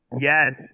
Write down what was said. Yes